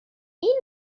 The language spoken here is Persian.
این